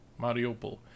Mariupol